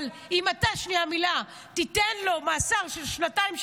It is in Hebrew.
אבל אם אתה תיתן לו מאסר של שנתיים,